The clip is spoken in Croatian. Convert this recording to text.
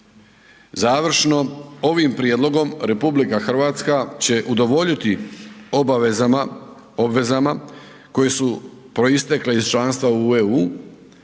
Završno, ovim prijedlogom RH će udovoljiti obvezama koje su proistekle iz članstva u EU.